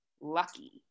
lucky